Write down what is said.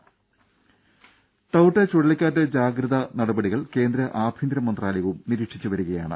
ദേദ ടൌട്ടേ ചുഴലിക്കാറ്റ് ജാഗ്രതാ നടപടികൾ കേന്ദ്ര ആഭ്യന്തര മന്ത്രാലയവും നിരീക്ഷിച്ചുവരികയാണ്